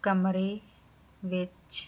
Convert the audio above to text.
ਕਮਰੇ ਵਿੱਚ